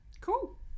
Cool